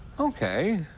ok,